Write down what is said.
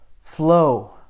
flow